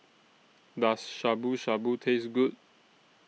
Does Shabu Shabu Taste Good